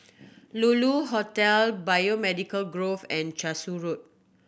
Lulu Hotel Biomedical Grove and Cashew Road